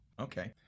Okay